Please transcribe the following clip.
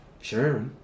Sure